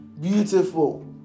beautiful